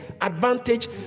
advantage